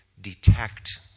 detect